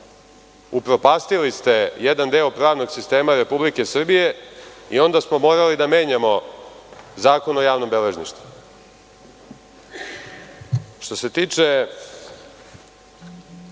Upropastili ste jedan deo pravnog sistema Republike Srbije i onda smo morali da menjamo Zakon o javnom beležništvu. Što se tiče